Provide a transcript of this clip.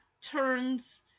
turns